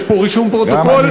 יש פה רישום פרוטוקול,